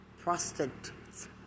prostitutes